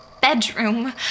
bedroom